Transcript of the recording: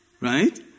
right